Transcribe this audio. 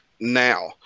now